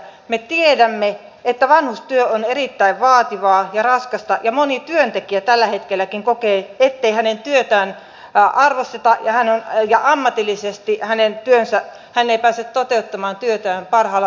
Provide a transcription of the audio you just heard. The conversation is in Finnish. me tiedämme että vanhustyö on erittäin vaativaa ja raskasta ja moni työntekijä tälläkin hetkellä kokee ettei hänen työtään arvosteta ja ammatillisesti hän ei pääse toteuttamaan työtään parhaalla mahdollisella tavalla